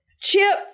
Chip